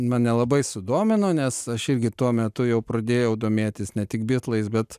mane labai sudomino nes aš irgi tuo metu jau pradėjau domėtis ne tik bitlais bet